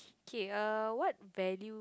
kay err what value